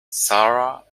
sarah